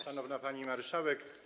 Szanowna Pani Marszałek!